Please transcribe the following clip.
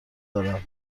دارم